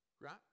Right